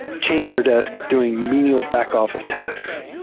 chained to their desk doing menial back-office tasks,